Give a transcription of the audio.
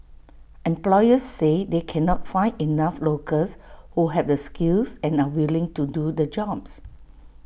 employers say they cannot find enough locals who have the skills and are willing to do the jobs